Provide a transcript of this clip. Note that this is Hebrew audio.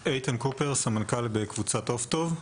אני סמנכ"ל בקבוצת עוף טוב.